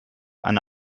eine